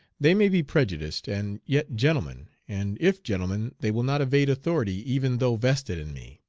they may be prejudiced, and yet gentlemen, and if gentlemen they will not evade authority even though vested in me.